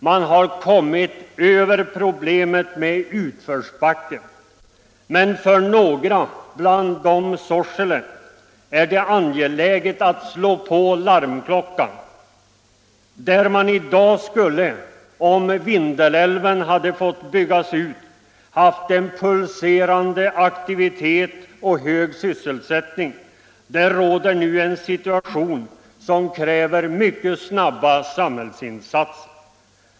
Man har kommit över problemet med utförsbacken. Men för några kommuner — bland dem Sorsele — är det angeläget att slå på larmklockan. Där man i dag skulle — om Vindelälven hade fått byggas ut — ha haft en pulserande aktivitet och hög sysselsättning, där råder nu en situation som kräver mycket snabba samhällsinsatser.